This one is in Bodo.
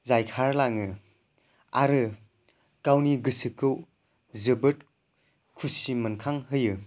जायखारलाङो आरो गावनि गोसोखौ जोबोद खुसि मोनखांहोयो